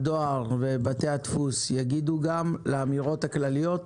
הדואר ובתי הדפוס יגיבו גם לאמירות הכלליות,